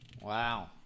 Wow